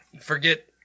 Forget